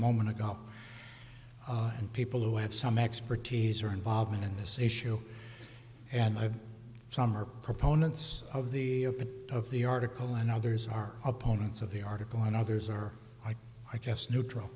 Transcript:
moment ago and people who have some expertise or involvement in this issue and i have some are proponents of the of the article and others are opponents of the article and others are i just neutral